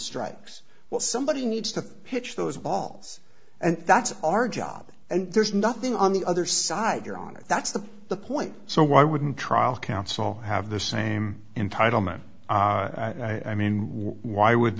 strikes well somebody needs to pitch those balls and that's our job and there's nothing on the other side your honor that's the the point so why wouldn't trial counsel have the same entitlement i mean why would